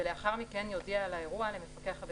ולאחר מכן יודיע על האירוע למפקח הבטיחות,